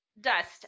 Dust